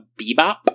Bebop